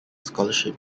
scholarship